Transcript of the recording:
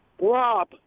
rob